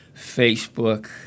Facebook